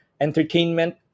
entertainment